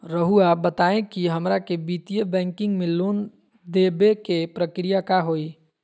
रहुआ बताएं कि हमरा के वित्तीय बैंकिंग में लोन दे बे के प्रक्रिया का होई?